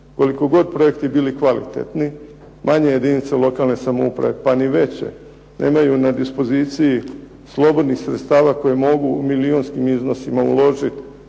Koliko god projekti bili kvalitetni manje jedinice lokalne samouprave pa ni veće, nemaju na dispoziciji slobodnih sredstava koje mogu u milijunskim iznosima uložit